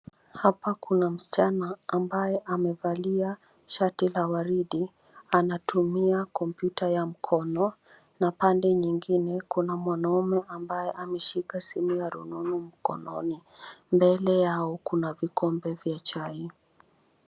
Hapa kuna msichana ambaye amevalia shati la waridi anatumia kompyuta ya mkono na upande mwingine kuna mwanamume ambaye ameshika simu ya rununu mkononi. Mbele yao kuna vikombe vya chai.